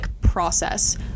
process